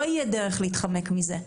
לא תהיה דרך להתחמק מזה.